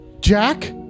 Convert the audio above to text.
Jack